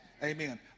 Amen